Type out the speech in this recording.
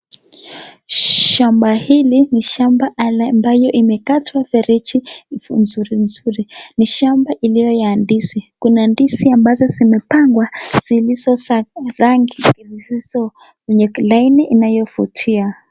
Shamba hili ni shamba ambayo imekatwa ferechi nzuri nzuri. Ni shamba iliyo ya ndizi. Kuna ndizi ambazo zimepangwa zili sasa rangi ilizo kwenye laini inayofutia.